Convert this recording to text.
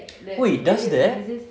oh it does that